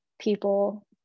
people